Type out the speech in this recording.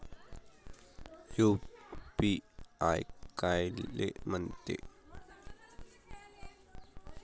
UPI कायले म्हनते?